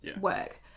work